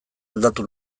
aldatu